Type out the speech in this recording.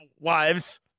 Wives